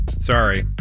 sorry